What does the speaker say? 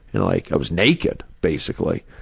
and like i was naked basically,